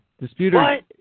Disputer